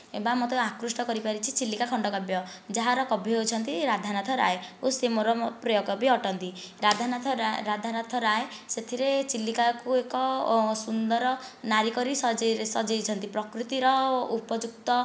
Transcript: ଏ ବା ମୋତେ ଅକୃଷ୍ଟ କରିପାରିଛି ଚିଲିକା ଖଣ୍ଡ କାବ୍ୟ ଯାହାର କବି ହେଉଛନ୍ତି ରାଧାନାଥ ରାୟ ଓ ସିଏ ମୋର ପ୍ରିୟ କବି ଅଟନ୍ତି ରାଧାନାଥ ରାଧାନାଥ ରାୟ ସେଥିରେ ଚିଲିକାକୁ ଏକ ସୁନ୍ଦର ନାରୀ କରି ସଜେଇ ସଜେଇଛନ୍ତି ପ୍ରକୃତିର ଉପଯୁକ୍ତ